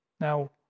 Now